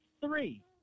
Three